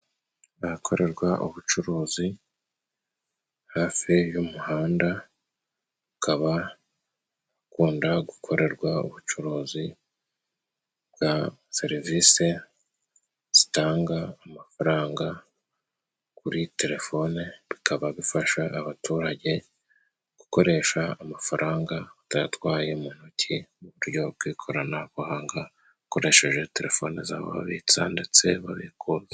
Ahakorerwa ubucuruzi, hafi y'umuhanda hakaba hakunda gukorerwa ubucuruzi bwa serivise zitanga amafaranga kuri telefone, bikaba bifasha abaturage gukoresha amafaranga utayatwaye mu ntoki mu buryo bw'ikoranabuhanga bakoresheje telefone zabo babitsa ndetse babikuza.